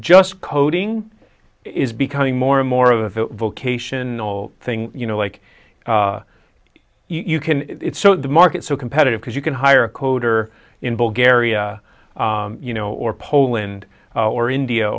just coding is becoming more and more of a vocational thing you know like you can so the market so competitive because you can hire a coder in bulgaria you know or poland or india